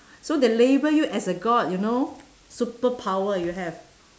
so they label you as a god you know superpower you have